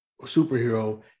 superhero